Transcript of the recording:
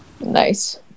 Nice